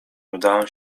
udałam